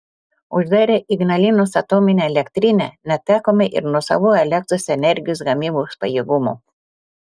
uždarę ignalinos atominę elektrinę netekome ir nuosavų elektros energijos gamybos pajėgumų